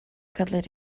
cutlet